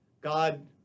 God